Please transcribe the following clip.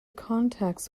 contacts